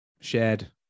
shared